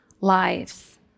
lives